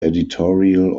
editorial